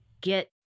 get